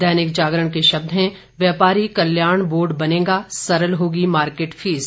दैंनिक जागरण के शब्द हैं व्यापारी कल्याण बोर्ड बनेगा सरल होगी मार्केट फीस